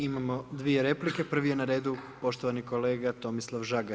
Imamo dvije replike, prvi je na redu poštovani kolega Tomislav Žagar.